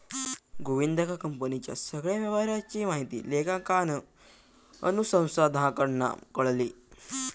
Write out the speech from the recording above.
गोविंदका कंपनीच्या सगळ्या व्यवहाराची माहिती लेखांकन अनुसंधानाकडना कळली